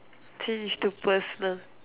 change to personal